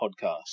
podcast